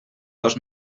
dos